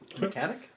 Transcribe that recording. mechanic